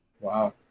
Wow